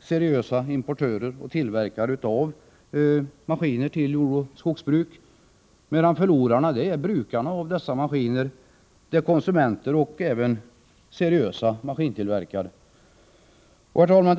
seriösa importörerna och tillverkarna av maskiner till jordoch skogsbruket, medan förlorarna är brukarna av dessa maskiner, konsumenterna och även seriösa maskintillverkare. Herr talman!